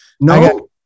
No